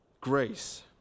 grace